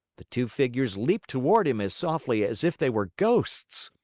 the two figures leaped toward him as softly as if they were ghosts.